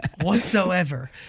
whatsoever